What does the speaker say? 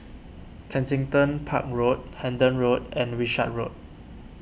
Kensington Park Road Hendon Road and Wishart Road